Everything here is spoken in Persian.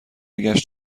گشت